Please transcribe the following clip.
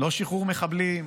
לא שחרור מחבלים,